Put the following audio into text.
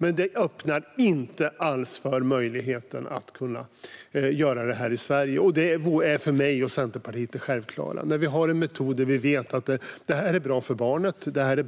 Men det öppnar inte alls för möjligheten att kunna göra det här i Sverige. Det är för mig och Centerpartiet det självklara. Vi har en metod som vi vet är bra för barnet